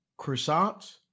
croissants